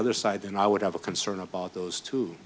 other side then i would have a concern about those t